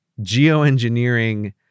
geoengineering